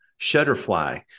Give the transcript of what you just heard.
Shutterfly